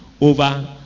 over